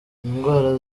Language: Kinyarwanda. indwara